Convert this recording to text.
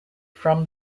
from